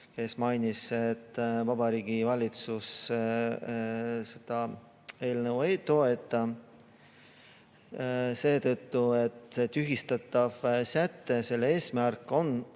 kes mainis, et Vabariigi Valitsus seda eelnõu ei toeta seetõttu, et tühistatava sätte eesmärk on